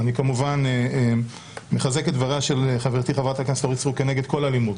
אני כמובן מחזק את דבריה של חברתי אורית סטרוק נגד כל אלימות,